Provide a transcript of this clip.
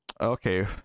Okay